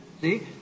see